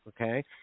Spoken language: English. Okay